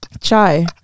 chai